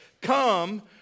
come